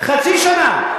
חצי שנה.